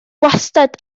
wastad